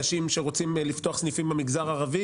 אנשים שרוצים לפתוח סניפים במגזר הערבי